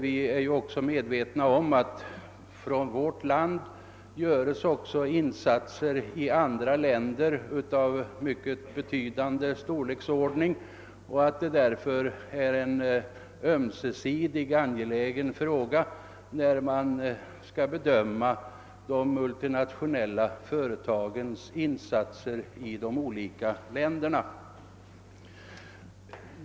Vi är också medvetna om att det från vårt land görs insatser i andra länder av mycket betydande omfattning och att det därför är en ömsesidig angelägenhet att bedöma de multinationella företagens insatser i de olika länderna.